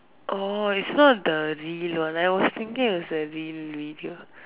orh is not the real one I was thinking it was a real video